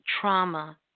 trauma